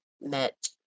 met